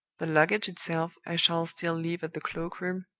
the luggage itself i shall still leave at the cloak-room,